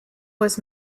was